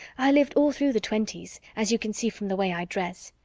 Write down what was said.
i lived all through the twenties, as you can see from the way i dress.